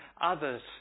others